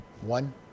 One